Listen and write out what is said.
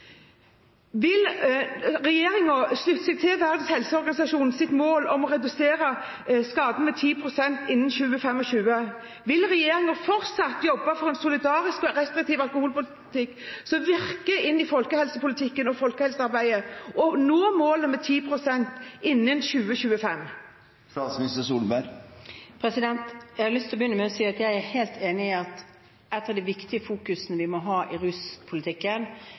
Vil regjeringen slutte seg til Verdens helseorganisasjons mål om å redusere skaden med 10 pst. innen 2025? Vil regjeringen fortsatt jobbe for en solidarisk og restriktiv alkoholpolitikk som virker inn i folkehelsepolitikken og folkehelsearbeidet, og nå målet om 10 pst. skadereduksjon innen 2025? Jeg har lyst til å begynne med å si at jeg er helt enig i at en av de viktige fokuseringene vi må ha i ruspolitikken,